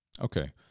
Okay